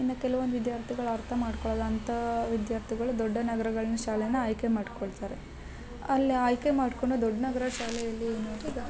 ಇನ್ನ ಕೆಲ್ವೊಂದು ವಿದ್ಯಾರ್ಥಿಗಳು ಅರ್ಥ ಮಾಡ್ಕೊಳಲ್ಲ ಅಂಥಾ ವಿದ್ಯಾರ್ಥಿಗಳು ದೊಡ್ಡ ನಗ್ರಗಳ್ನ ಶಾಲೆನ ಆಯ್ಕೆ ಮಾಡ್ಕೊಳ್ತಾರೆ ಅಲ್ಲೇ ಆಯ್ಕೆ ಮಾಡ್ಕೊಂಡು ದೊಡ್ಡ ನಗರ ಶಾಲೆಯಲ್ಲಿ ಇನ್ನೊಂದು ಈಗ